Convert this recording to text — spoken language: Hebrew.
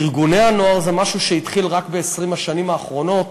ארגוני הנוער זה משהו שהתחיל רק ב-20 השנים האחרונות.